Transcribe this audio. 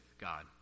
God